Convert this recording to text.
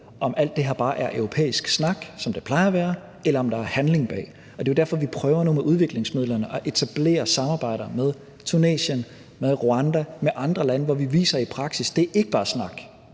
om alt det her bare er europæisk snak, som det plejer at være, eller om der er handling bag. Det er derfor, vi prøver med nogle af udviklingsmidlerne at etablere samarbejder med Tunesien, Rwanda og med andre lande, hvor vi i praksis viser, at det ikke bare er snak.